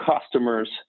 customers